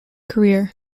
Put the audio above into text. career